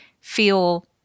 feel